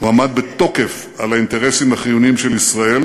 הוא עמד בתוקף על האינטרסים החיוניים של ישראל